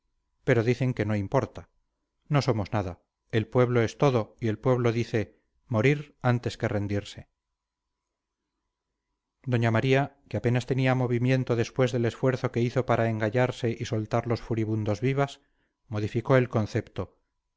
pero dicen que no importa no somos nada el pueblo es todo y el pueblo dice morir antes que rendirse doña maría que apenas tenía movimiento después del esfuerzo que hizo para engallarse y soltar los furibundos vivas modificó el concepto